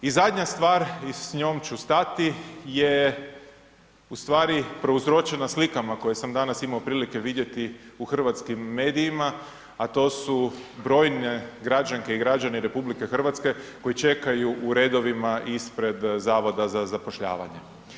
I zadnja stvar i s njom ću stati je ustvari prouzročena slikama koje sam danas imao prilike vidjeti u hrvatskim medijima, a to su brojne građanke i građani RH koji čekaju u redovima ispred Zavoda za zapošljavanje.